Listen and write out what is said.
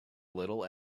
little